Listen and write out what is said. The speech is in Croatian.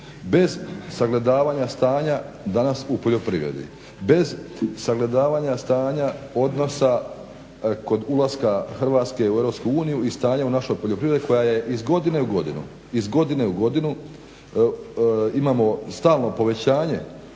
bez sagledavanja stanja danas u poljoprivredi, bez sagledavanja stanja odnosa kod ulaska Hrvatske u EU i stanja u našoj poljoprivredi koja je iz godine u godinu imamo stalno povećanje